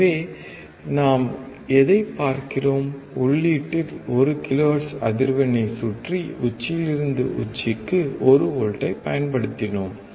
எனவே நாம் எதைப் பார்க்கிறோம் உள்ளீட்டில் 1 கிலோஹெர்ட்ஸ் அதிர்வெண்ணைச் சுற்றி உச்சியிலிருந்து உச்சிக்கு 1 வோல்ட்ஐ பயன்படுத்தினோம்